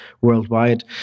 worldwide